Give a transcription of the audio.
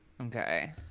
Okay